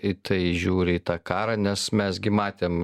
į tai žiūri į tą karą nes mes gi matėm